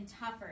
tougher